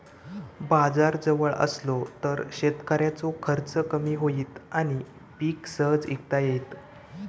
बाजार जवळ असलो तर शेतकऱ्याचो खर्च कमी होईत आणि पीक सहज इकता येईत